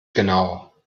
genau